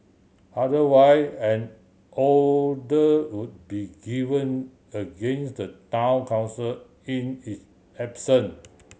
otherwise an order would be given against the Town Council in its absence